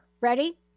ready